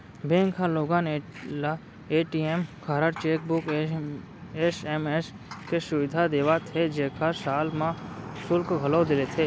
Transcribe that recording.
bank ह लोगन ल ए.टी.एम कारड, चेकबूक, एस.एम.एस के सुबिधा देवत हे जेकर साल म सुल्क घलौ लेथे